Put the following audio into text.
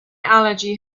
allergy